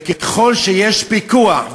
וככל שיש פיקוח,